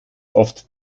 oft